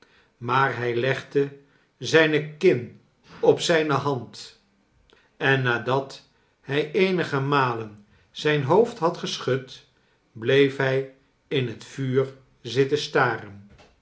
maar hij legde zijne kin op zijne hand en nadat hij eenige malen zijn hoof'd had geschud bleef hij in het vuur zitten staren